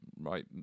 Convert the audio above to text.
right